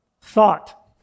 Thought